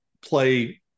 play